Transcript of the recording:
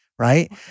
right